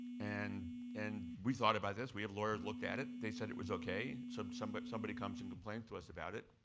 and and we thought about this, we have lawyers looked at it, they said it was ok. so somebody somebody comes and complains to us about it,